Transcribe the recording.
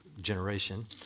generation